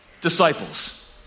disciples